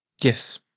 Yes